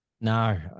No